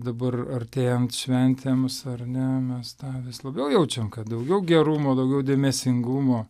dabar artėjant šventėms ar ne mes tą vis labiau jaučiam kad daugiau gerumo daugiau dėmesingumo